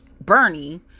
Bernie